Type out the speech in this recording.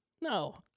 No